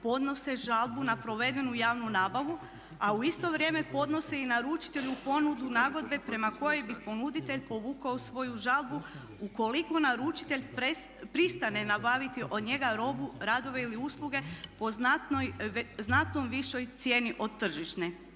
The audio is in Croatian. podnose žalbu na provedenu javnu nabavu a u isto vrijeme podnose i naručitelju ponudu nagodbe prema kojoj bi ponuditelj povukao svoju žalbu u koliko naručitelj pristane nabaviti od njega robu, radove ili usluge po znatnoj višoj cijeni od tržišne.